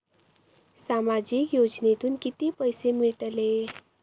सामाजिक योजनेतून किती पैसे मिळतले?